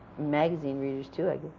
magazine readers, too, i